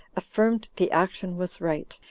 affirmed the action was right,